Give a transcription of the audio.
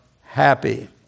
happy